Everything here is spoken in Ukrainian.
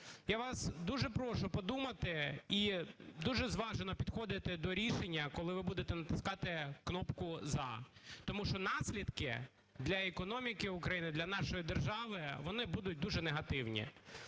Я вас дуже прошу подумати і дуже зважено підходити до рішення, коли ви будете натискати кнопку "за", тому що наслідки для економіки України, для нашої держави, вони будуть дуже негативні.